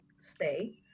stay